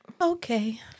Okay